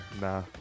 Nah